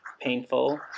Painful